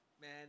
Man